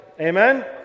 Amen